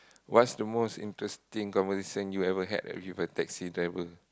what's the most interesting conversation you ever had with a taxi driver